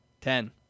ten